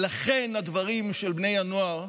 ולכן הדברים של בני הנוער